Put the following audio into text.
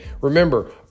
Remember